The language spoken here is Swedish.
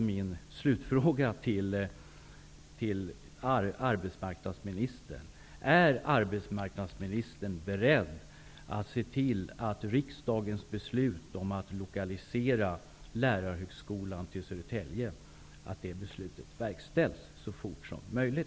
Min slutfråga till arbetsmarknadsministern blir: Är arbetsmarknadsministern beredd att se till att riksdagens beslut om att lokalisera lärarhögskolan till Södertälje verkställs så fort som möjligt?